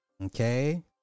Okay